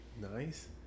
nice